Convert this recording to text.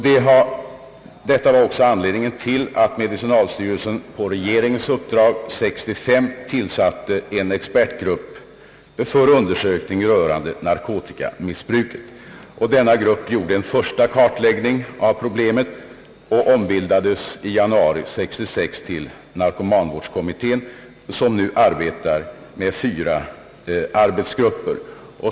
Detta var också anledningen till att medicinalstyrelsen på regeringens uppdrag 1965 tillsatte en expertgrupp för undersökning rörande narkotikamissbruket. Denna grupp gjorde en första kartläggning av problemet och ombildades i januari 1966 till narkomanvårdskommittén, vilken nu arbetar med fyra arbetsgrupper.